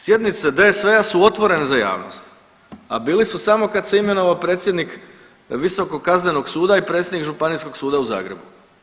Sjednice DSV-a su otvorene za javnost, a bili su samo kad se imenovao predsjednik visokog kaznenog suda i predsjednik Županijskog suda u Zagrebu.